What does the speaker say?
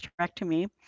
hysterectomy